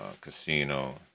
Casino